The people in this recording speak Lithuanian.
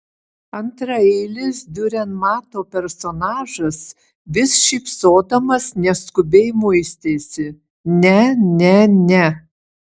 antraeilis diurenmato personažas vis šypsodamas neskubiai muistėsi ne ne ne